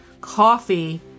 coffee